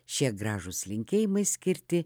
šie gražūs linkėjimai skirti